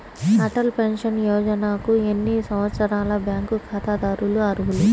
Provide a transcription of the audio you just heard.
Atal pension యోజనకు ఎన్ని సంవత్సరాల బ్యాంక్ ఖాతాదారులు అర్హులు?